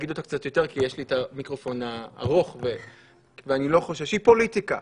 כי יש לי מיקרופון ארוך ואני לא חושש, פוליטיקה.